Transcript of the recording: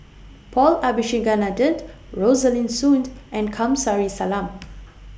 Paul Abisheganaden Rosaline Soon and Kamsari Salam